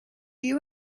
you